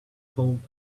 home